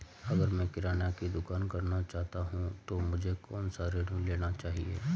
अगर मैं किराना की दुकान करना चाहता हूं तो मुझे कौनसा ऋण लेना चाहिए?